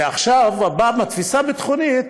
ועכשיו בא אדון גלנט, בתפיסה ביטחונית,